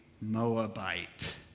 Moabite